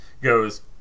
goes